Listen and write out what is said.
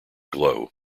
glow